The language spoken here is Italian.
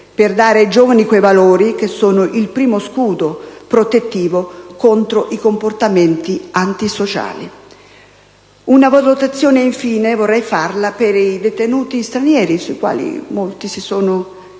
per dare ai giovani quei valori che sono il primo scudo protettivo contro i comportamenti antisociali. Una valutazione, infine, vorrei fare per i detenuti stranieri, sui quali molti si sono